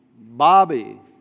Bobby